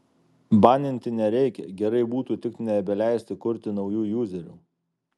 baninti nereikia gerai būtų tik nebeleisti kurti naujų juzerių